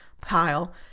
pile